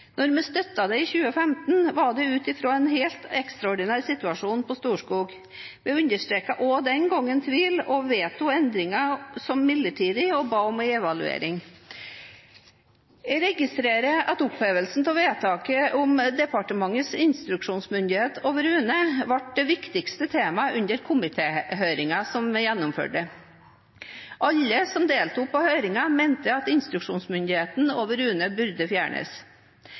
Når vi støttet det i 2015, var det ut fra en helt ekstraordinær situasjon på Storskog. Vi understreket også den gangen tvil og vedtok endringen som midlertidig, og vi ba om en evaluering. Jeg registrerer at opphevelse av vedtaket om departementets instruksjonsmyndighet over UNE ble det viktigste temaet under komitéhøringen vi gjennomførte. Alle som deltok på høringen, mente at instruksjonsmyndigheten over UNE burde fjernes.